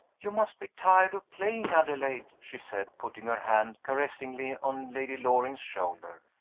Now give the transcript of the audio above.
you must be tired of playing, adelaide, she said, putting her hand caressingly on lady loring's shoulder.